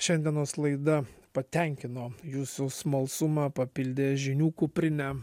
šiandienos laida patenkino jūsų smalsumą papildė žinių kuprinę